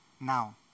Now